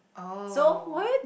oh